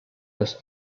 los